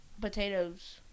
potatoes